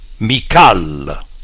Mikal